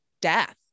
death